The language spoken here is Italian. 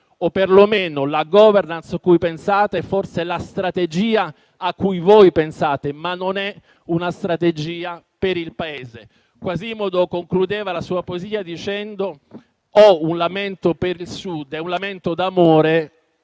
o perlomeno la *governance* cui pensate forse è la strategia a cui voi pensate, ma non è una strategia per il Paese. Quasimodo concludeva la sua poesia «Lamento per il Sud» parlando di «un lamento d'amore